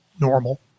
normal